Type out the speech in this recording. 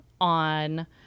on